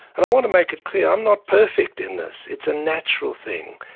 and i want to make it clear, i'm not perfect in this, it's a natural thing,